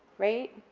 right?